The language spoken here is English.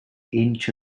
into